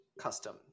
custom